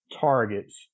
targets